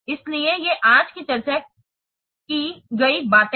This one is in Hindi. इसलिए ये आज की चर्चा की गई बातें हैं